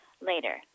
later